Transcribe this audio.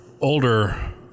older